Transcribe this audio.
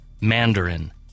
Mandarin